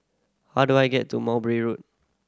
how do I get to Mowbray Road